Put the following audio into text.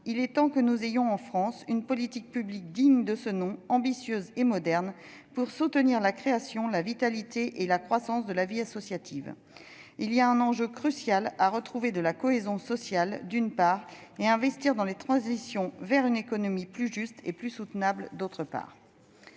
Il est temps que nous ayons en France une politique publique digne de ce nom, ambitieuse et moderne, pour soutenir la création, la vitalité et la croissance de la vie associative. » Il ajoutait :« Il y a un enjeu crucial à retrouver de la cohésion sociale, d'une part, et à investir dans les transitions vers une économie plus juste et plus soutenable, d'autre part.